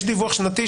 יש דיווח שנתי,